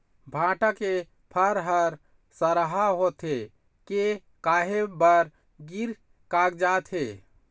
भांटा के फर हर सरहा होथे के काहे बर गिर कागजात हे?